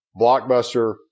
Blockbuster